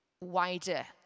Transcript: wider